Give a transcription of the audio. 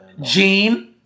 Gene